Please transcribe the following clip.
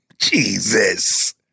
Jesus